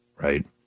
right